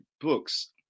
books